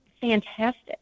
fantastic